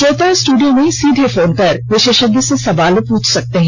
श्रोता स्टूडियो में सीधे फोन कर विशेषज्ञ से सवाल पूछ सकते हैं